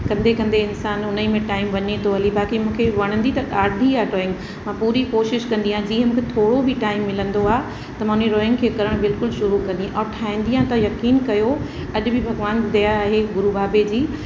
कंदे कंदे इन्सानु उन्हीअ में टाइम वञे थो हली बाक़ी मूंखे वणंदी त ॾाढी आहे ड्रॉइंग मां पूरी कोशिशि कंदी आहियां जीअं मूंखे थोरो बि टाइम मिलंदो आहे त मां उन ड्रॉइंग खे करणु बिल्कुलु शुरू कंदी आहियां और ठाहींदी आहियां त यकीन कयो अॼ बि भगवान दया आहे गुरू बाबे जी